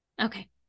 Okay